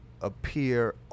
appear